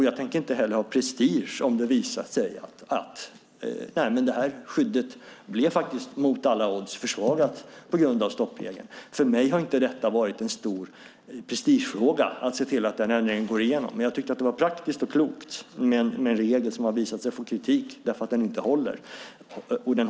Jag tänker inte heller ha prestige om det visar sig att skyddet mot alla odds blev försvagat på grund av borttagandet av stoppregeln. För mig har det inte varit någon stor prestigefråga att se till att ändringen går igenom. Men jag tyckte att det var praktiskt och klokt att slopa en regel som har fått kritik för att den inte håller måttet.